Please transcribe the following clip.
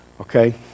Okay